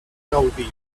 gaudi